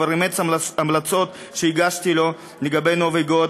כבר אימץ המלצות שהגשתי לו לגבי נובי גוד,